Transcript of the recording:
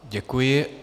Děkuji.